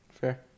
Fair